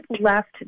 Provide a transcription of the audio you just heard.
left